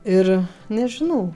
ir nežinau